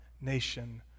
nation